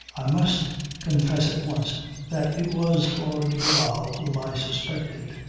i must confess at once that it was flora de barral whom i suspected.